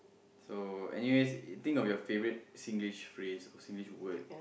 so anyways think of your favourite Singlish phrase or Singlish word